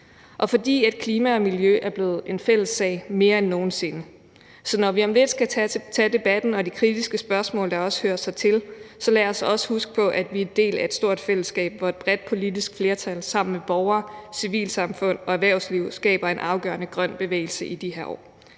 og fordi klima og miljø er blevet en fælles sag mere end nogen sinde. Så når vi om lidt skal tage debatten og de kritiske spørgsmål, der også hører sig til, så lad os også huske på, at vi er en del af et stort fællesskab, hvor et bredt politisk flertal sammen med borgere, civilsamfund og erhvervsliv skaber en afgørende grøn bevægelse i de her år.